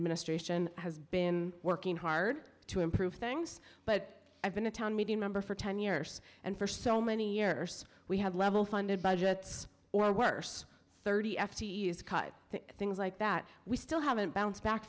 administration has been working hard to improve things but i've been in town meeting member for ten years and for so many years we have level funded budgets or worse thirty f t e is cut things like that we still haven't bounced back